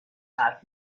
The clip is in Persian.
حرف